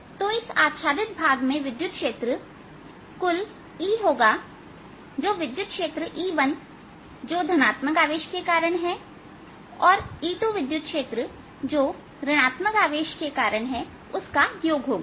तो इस आच्छादित भाग में विद्युत क्षेत्र कुल क्षेत्र E होगा जो विद्युत क्षेत्र E1जो धनात्मक आवेश के कारण है और E2विद्युत क्षेत्र जो ऋण आत्मक आवेश के कारण है उसका योग होगा